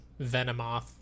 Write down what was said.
Venomoth